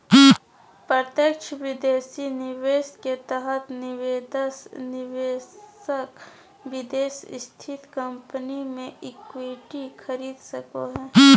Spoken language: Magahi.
प्रत्यक्ष विदेशी निवेश के तहत निवेशक विदेश स्थित कम्पनी मे इक्विटी खरीद सको हय